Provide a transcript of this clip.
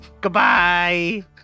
Goodbye